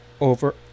over